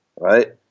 right